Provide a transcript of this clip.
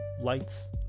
lights